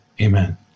Amen